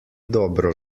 dobro